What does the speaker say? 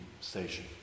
station